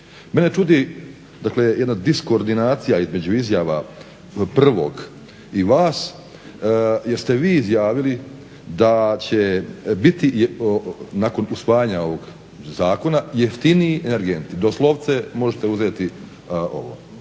Mene čudi jedna diskordinacija između izjava prvog i vas jer ste vi izjavili da će biti nakon usvajanja ovog zakona jeftiniji energenti. Doslovce možete uzeti …,